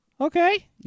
Okay